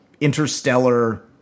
interstellar